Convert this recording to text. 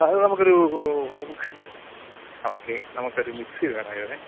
ആ നമുക്കൊരൂ ആ ഓക്കേ നമുക്കൊരു മിക്സി വേണമായിരുന്നേ